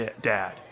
dad